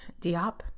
Diop